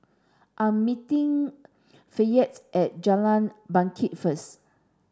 I'm meeting Fayette at Jalan Bangket first